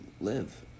live